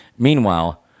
Meanwhile